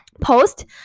post